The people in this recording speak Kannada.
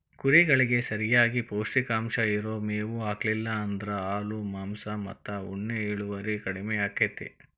ಕುರಿಗಳಿಗೆ ಸರಿಯಾಗಿ ಪೌಷ್ಟಿಕಾಂಶ ಇರೋ ಮೇವ್ ಹಾಕ್ಲಿಲ್ಲ ಅಂದ್ರ ಹಾಲು ಮಾಂಸ ಮತ್ತ ಉಣ್ಣೆ ಇಳುವರಿ ಕಡಿಮಿ ಆಕ್ಕೆತಿ